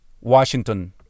Washington